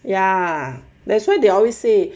ya that's why they always say